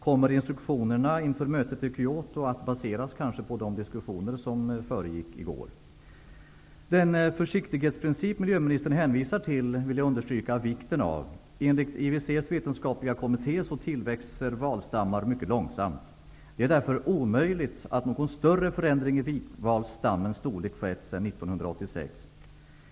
Kommer instruktionerna inför mötet i Kyoto att baseras på de diskussioner som fördes i går? Den försiktighetsprincip som miljöministern hänvisar till vill jag understryka vikten av. Enligt IWC:s vetenskapliga kommitté tillväxer valstammar mycket långsamt. Det är därför omöjligt att någon större förändring i vitvalstammens storlek har skett sedan 1986.